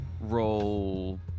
roll